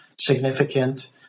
significant